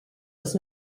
was